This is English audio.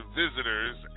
visitors